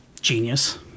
Genius